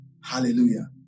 Hallelujah